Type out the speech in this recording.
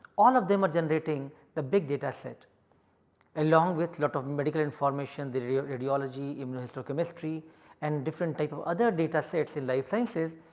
all of them are generating the big data set along with lot of medical information, the the radiology, immunohistochemistry and different types of other datasets in life sciences.